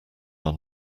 are